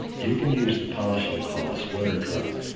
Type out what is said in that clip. you can use the polishing cloths wet or dry.